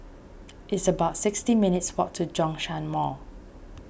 it's about sixty minutes' walk to Zhongshan Mall